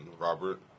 robert